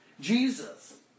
Jesus